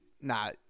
Nah